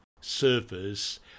servers